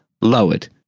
lowered